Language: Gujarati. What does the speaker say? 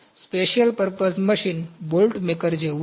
special purpose machine bolt maker જેવું છે